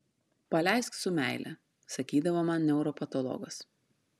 paleisk su meile sakydavo man neuropatologas